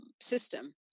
system